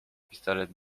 pistolet